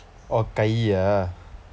உன் கையா:un kaiyaa